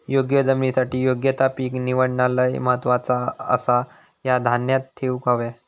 योग्य जमिनीसाठी योग्य ता पीक निवडणा लय महत्वाचा आसाह्या ध्यानात ठेवूक हव्या